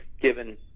given